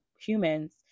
humans